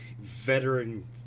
veteran